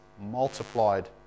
Multiplied